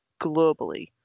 globally